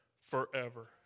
forever